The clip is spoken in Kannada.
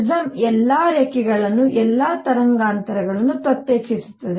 ಪ್ರಿಸಂ ಎಲ್ಲಾ ರೇಖೆಗಳನ್ನು ಎಲ್ಲಾ ತರಂಗಾಂತರಗಳನ್ನು ಪ್ರತ್ಯೇಕಿಸುತ್ತದೆ